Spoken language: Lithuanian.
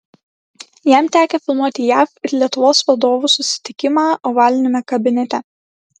jam tekę filmuoti jav ir lietuvos vadovų susitikimą ovaliniame kabinete